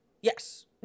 Yes